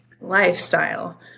lifestyle